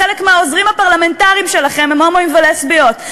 חלק מהעוזרים הפרלמנטריים שלכם הם הומואים ולסביות,